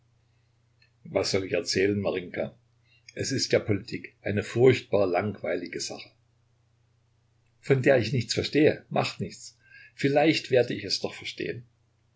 was soll ich erzählen marinjka es ist ja politik eine furchtbar langweilige sache von der ich nichts verstehe macht nichts vielleicht werde ich es doch verstehen